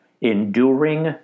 enduring